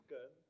Good